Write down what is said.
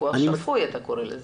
לקוח שבוי, אתה קורא לזה.